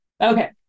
Okay